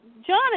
John